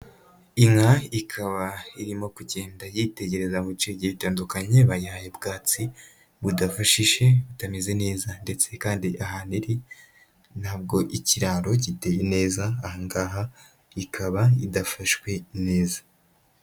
Inka ikaba irimo kugenda yitegereza mu bice bigiye bitandukanye, bayihaye ubwatsi budafashije butameze neza ndetse kandi ahantu iri ntabwo ikiraro giteye neza, aha ngaha ikaba idafashwe neza.